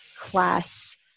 class